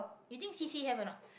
you think C_C have or not